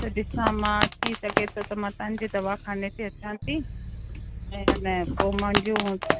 त ॾिसां मां अची सघियसि त तव्हांजे दवाख़ाने ते अचां थी ऐं हने पोइ मुंहिंजो